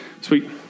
Sweet